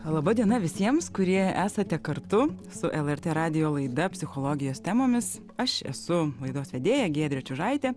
laba diena visiems kurie esate kartu su lrt radijo laida psichologijos temomis aš esu laidos vedėja giedrė čiužaitė